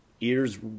ears